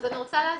אני רוצה להסביר.